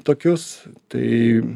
tokius tai